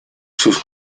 sus